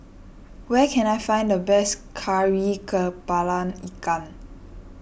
where can I find the best Kari Kepala Ikan